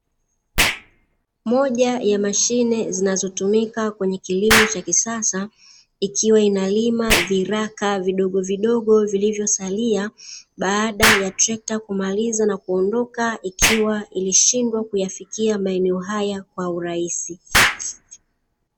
Moja ya mashine zinazotumika kwenye kilimo cha kisasa, ikiwa inalima viraka vidogovidogo vilivyosalia, baada ya trekta kumaliza na kuondoka, ikiwa ilishindwa kuyafikia maeneo haya kwa urahisi.